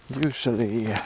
usually